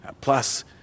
plus